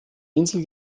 insel